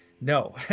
no